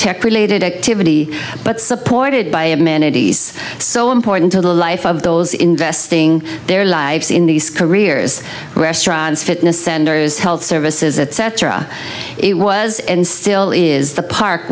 tech related activity but supported by amenities so important to the life of those investing their lives in these careers restaurants fitness centers health services etc it was and still is the park